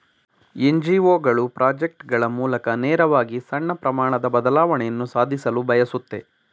NGO ಗಳು project ಗಳ ಮೂಲಕ ನೇರವಾಗಿ ಸಣ್ಣ ಪ್ರಮಾಣದ ಬದಲಾವಣೆಯನ್ನು ಸಾಧಿಸಲು ಬಯಸುತ್ತೆ